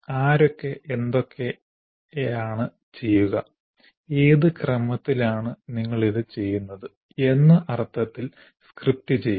ആരൊക്കെ എന്തൊക്കെയാണ് ചെയ്യുക ഏത് ക്രമത്തിലാണ് നിങ്ങൾ ഇത് ചെയ്യുന്നത് എന്ന അർത്ഥത്തിൽ സ്ക്രിപ്റ്റ് ചെയ്യുക